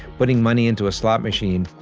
putting money into a slot machine,